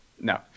No